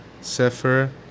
Sefer